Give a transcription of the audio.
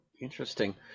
Interesting